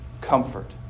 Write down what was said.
comfort